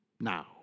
now